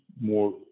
more